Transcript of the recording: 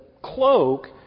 cloak